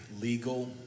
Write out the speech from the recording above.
legal